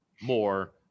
more